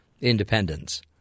independence